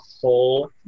whole